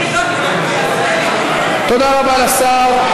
תודה רבה לשר.